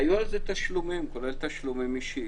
והיו על זה תשלומים, כולל תשלומים אישיים.